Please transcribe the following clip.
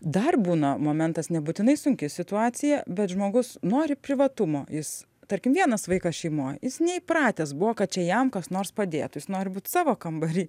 dar būna momentas nebūtinai sunki situacija bet žmogus nori privatumo jis tarkim vienas vaikas šeimoj jis neįpratęs buvo kad čia jam kas nors padėtų jis nori būt savo kambary